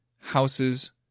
houses